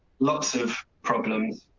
lots of problems.